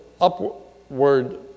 upward